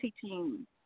teaching